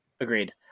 agreed